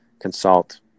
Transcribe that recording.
consult